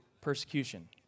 persecution